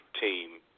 team